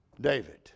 David